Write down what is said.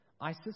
Isis